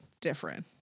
different